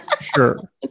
Sure